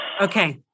Okay